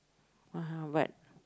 (uh huh) but